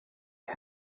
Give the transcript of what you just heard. too